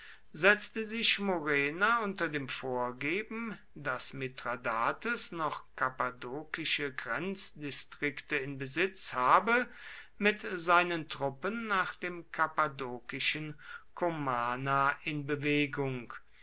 setzte sich murena unter dem vorgeben daß mithradates noch kappadokische grenzdistrikte in besitz habe mit seinen truppen nach dem kappadokischen komana in bewegung